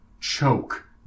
choke